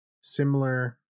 Similar